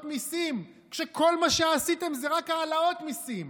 מיסים כשכל מה שעשיתם זה רק העלאות מיסים,